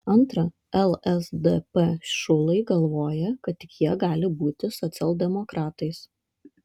antra lsdp šulai galvoja kad tik jie gali būti socialdemokratais